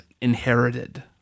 inherited